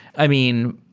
i mean,